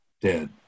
dead